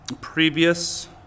previous